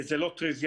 זה לא טריוויאלי,